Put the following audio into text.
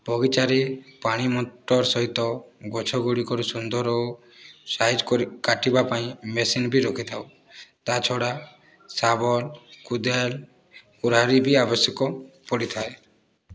ବଗିଚାରେ ପାଣି ମୋଟର ସହିତ ଗଛଗୁଡ଼ିକର ସୁନ୍ଦର ଓ ସାଇଜ୍ କରି କାଟିବା ପାଇଁ ମେସିନ୍ ବି ରଖିଥାଉ ତା' ଛଡ଼ା ଶାବଳ କୋଦାଳ କୁରାଢ଼ୀ ବି ଆବଶ୍ୟକ ପଡ଼ିଥାଏ